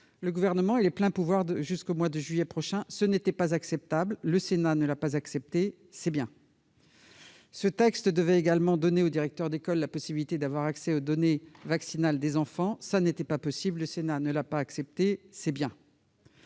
au Gouvernement les pleins pouvoirs jusqu'au mois de juillet prochain. Ce n'était pas acceptable, le Sénat ne l'a pas accepté, c'est bien ! Ce texte devait également donner aux directeurs d'établissements scolaires la possibilité d'avoir accès aux données vaccinales des enfants. Ce n'était pas acceptable, le Sénat ne l'a pas accepté, c'est bien